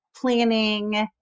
planning